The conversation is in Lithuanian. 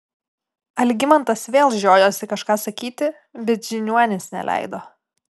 algimantas vėl žiojosi kažką sakyti bet žiniuonis neleido